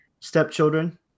stepchildren